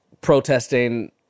protesting